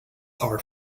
are